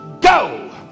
go